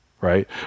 right